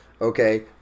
okay